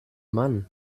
mann